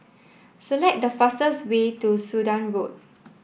select the fastest way to Sudan Road